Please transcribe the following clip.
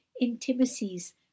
intimacies